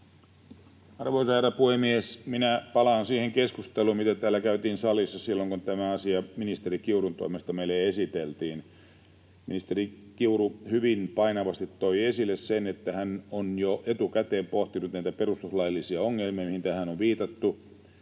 Arvoisa herra puhemies! Palaan siihen keskusteluun, mitä täällä käytiin salissa silloin, kun tämä asia ministeri Kiurun toimesta meille esiteltiin. Ministeri Kiuru hyvin painavasti toi esille, että hän on jo etukäteen pohtinut näitä perustuslaillisia ongelmia, mihin tässä on viitattu,